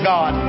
God